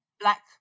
Black